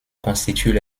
constituent